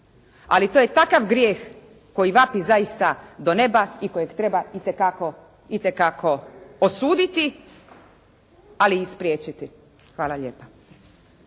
Ali to je takav grijeh koji vapi zaista do neba i kojeg treba itekako osuditi, ali i spriječiti. Hvala lijepa.